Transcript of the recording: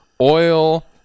oil